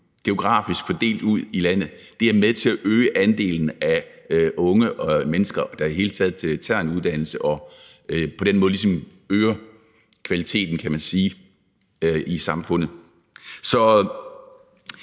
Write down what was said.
geografisk fordelt ude i landet, er med til at øge andelen af unge mennesker, der i det hele taget tager en uddannelse, og på den måde øges kvaliteten ligesom,